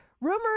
rumor